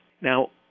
now